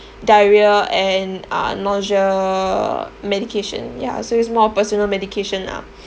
diarrhoea and uh nausea medication ya so it's more of personal medication lah